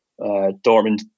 Dortmund